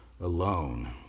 alone